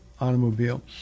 automobile